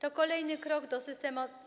To kolejny krok do